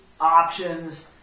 options